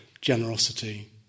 generosity